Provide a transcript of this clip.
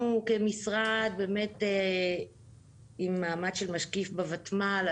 כמשרד אנחנו עם מעמד של משקיף בוותמ"ל.